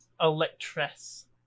Electress